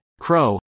crow